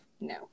no